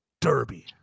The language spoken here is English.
Derby